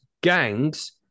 Gangs